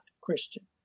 Christian